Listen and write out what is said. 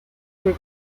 her